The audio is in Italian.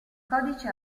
codici